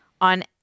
on